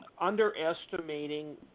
underestimating